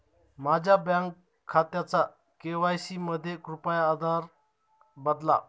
माझ्या बँक खात्याचा के.वाय.सी मध्ये कृपया आधार बदला